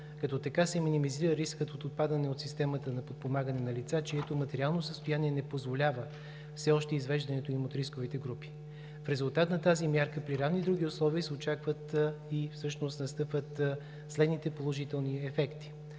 като така се минимизира рискът от отпадане от системата на подпомагане на лица, чието материално състояние не позволява все още извеждането им от рисковите групи. В резултат на тази мярка при равни други условия се очакват и всъщност настъпват следните положителни ефекти: